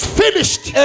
finished